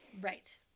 Right